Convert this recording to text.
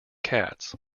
cats